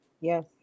Yes